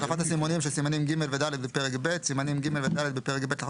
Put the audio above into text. החלפת הסימונים של סעיפים ג' ו-ד' בפרק ב' 4. סימנים ג'